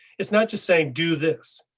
it's not just saying do this,